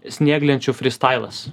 snieglenčių frystailas